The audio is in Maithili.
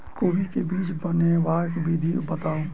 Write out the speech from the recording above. कोबी केँ बीज बनेबाक विधि बताऊ?